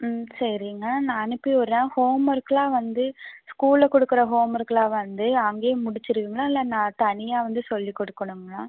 ம் சரிங்க நான் அனுப்பிவிட்றேன் ஹோமர்க்குலாம் வந்து ஸ்கூலில் கொடுக்குற ஹோமர்க்குலாம் வந்து அங்கேயே முடிச்சுருவிங்களா இல்லை நான் தனியாக வந்து சொல்லி கொடுக்கணுங்களா